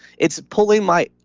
it's pulling my,